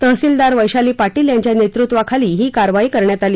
तहसीलदार वध्योली पाटील यांच्या नेतृत्वाखाली ही कारवाई करण्यात आली